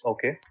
Okay